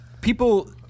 people